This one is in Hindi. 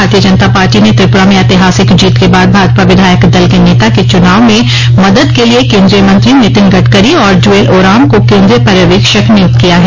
भारतीय जनता पार्टी ने त्रिपुरा में ऐतिहासिक जीत के बाद भाजपा विधायक दल के नेता के चुनाव में मदद के लिए केन्द्रीय मंत्री नितिन गडकरी और जुऐल ओराम को केन्द्रीय पर्यवेक्षक नियुक्त किया है